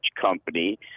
company